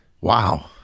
wow